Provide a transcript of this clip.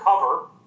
cover